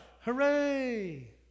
Hooray